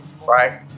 right